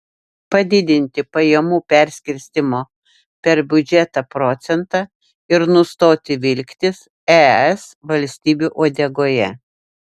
padidinti pajamų perskirstymo per biudžetą procentą ir nustoti vilktis es valstybių uodegoje